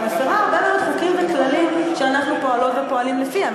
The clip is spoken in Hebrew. אבל מפירה הרבה מאוד חוקים וכללים שאנחנו פועלות ופועלים לפיהם.